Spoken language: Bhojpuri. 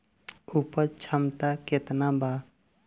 उपज क्षमता केतना वा?